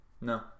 No